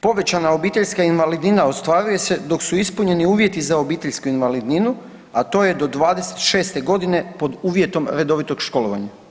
Povećana obiteljska invalidnina ostvaruje se dok su ispunjeni uvjeti za obiteljsku invalidninu, a to je do 26. g. pod uvjetom redovitog školovanja.